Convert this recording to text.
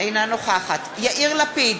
אינה נוכחת יאיר לפיד,